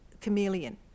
chameleon